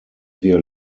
wir